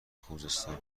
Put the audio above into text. خوزستان